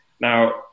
now